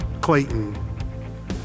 Clayton